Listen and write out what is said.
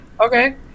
Okay